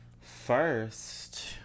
first